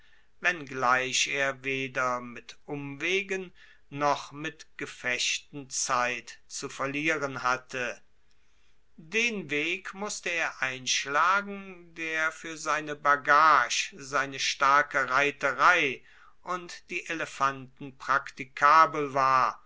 wenngleich er weder mit umwegen noch mit gefechten zeit zu verlieren hatte den weg musste er einschlagen der fuer seine bagage seine starke reiterei und die elefanten praktikabel war